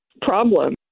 problem